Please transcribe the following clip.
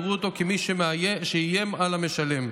יראו אותו כמי שאיים על המשלם.